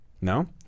No